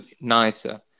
nicer